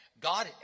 God